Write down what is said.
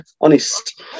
Honest